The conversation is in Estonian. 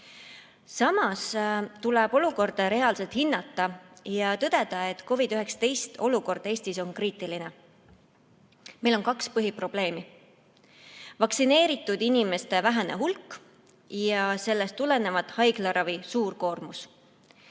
Samas tuleb olukorda reaalselt hinnata ja tõdeda, et COVID‑19 olukord Eestis on kriitiline. Meil on kaks põhiprobleemi: vaktsineeritud inimeste vähene hulk ja sellest tulenevalt suur haiglaravikoormus.